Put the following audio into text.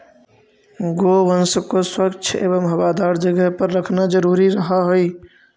गोवंश को स्वच्छ एवं हवादार जगह पर रखना जरूरी रहअ हई